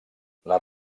les